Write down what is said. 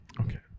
Okay